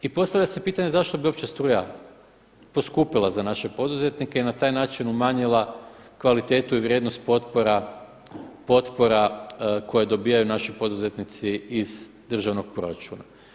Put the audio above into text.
I postavlja se pitanje zašto bi uopće struja poskupila za naše poduzetnike i na taj način umanjila kvalitetu i vrijednost potpora koje dobijaju naši poduzetnici iz državnog proračuna.